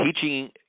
teaching